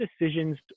decisions